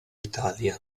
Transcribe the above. italia